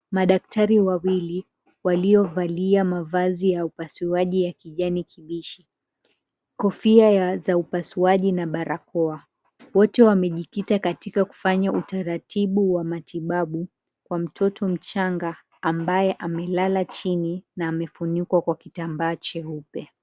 Madaktari wawili waliovalia mavazi ya upasuaji ya kijani kibichi, kofia za upasuaji na barakoa. Wote wamejikita katika kufanya utaratibu wa matibabu kwa mtoto mchanga ambaye amelala chini na amefunikwa kwa kitambaa cheupe.